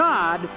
God